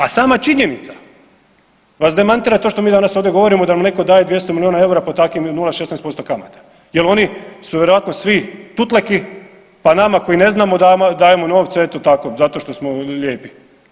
A sama činjenica vas demantira to što mi danas ovdje govorimo da nam neko daje 200 milijuna eura po takvim 0,16% kamata jel oni su vjerojatno svi tutleki pa nama koji ne znamo dajemo novce eto tako zato što smo lijepi.